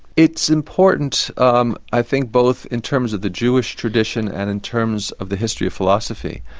it's important um i think both in terms of the jewish tradition and in terms of the history of philosophy.